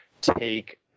take